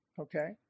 Okay